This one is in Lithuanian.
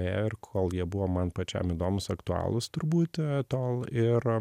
ėjo ir kol jie buvo man pačiam įdomūs aktualūs turbūt tol ir